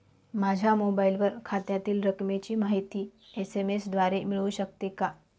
माझ्या मोबाईलवर खात्यातील रकमेची माहिती एस.एम.एस द्वारे मिळू शकते का?